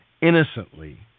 innocently